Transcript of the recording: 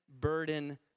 burden